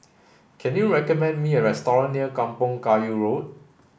can you recommend me a near Kampong Kayu Road